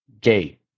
gay